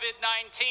COVID-19